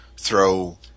throw